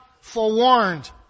forewarned